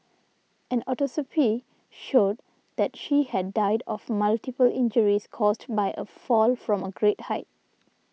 an autopsy showed that she had died of multiple injuries caused by a fall from a great height